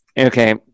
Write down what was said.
Okay